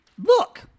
Look